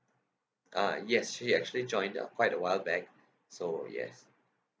uh yes she actually joined uh quite awhile back so yes